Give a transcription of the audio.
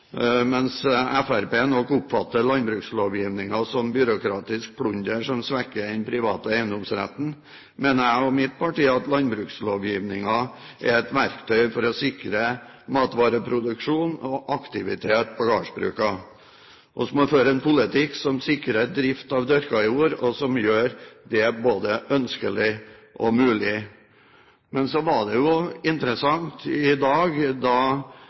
Mens Fremskrittspartiet nok oppfatter landbrukslovgivningen som byråkratisk plunder som svekker den private eiendomsretten, mener jeg og mitt parti at landbrukslovgivningen er et verktøy for å sikre matvareproduksjon og aktivitet på gårdsbrukene. Vi må føre en politikk som sikrer drift av dyrket jord, og som gjør det både ønskelig og mulig. Men det var interessant i dag da